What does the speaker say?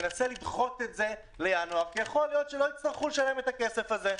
מנסה לדחות את זה לינואר ויכול להיות שלא יצטרכו לשלם את הכסף הזה,